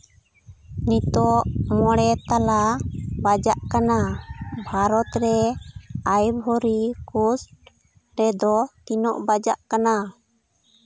ᱱᱤᱛᱳᱜ ᱢᱚᱬᱮ ᱛᱟᱞᱟ ᱵᱟᱡᱟᱜ ᱠᱟᱱᱟ ᱵᱷᱟᱨᱚᱛ ᱨᱮ ᱟᱭᱵᱷᱚᱨᱤ ᱠᱳᱥᱴ ᱨᱮᱫᱚ ᱛᱤᱱᱟᱹᱜ ᱵᱟᱡᱟᱜ ᱠᱟᱱᱟ